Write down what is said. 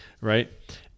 Right